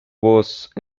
voz